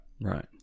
Right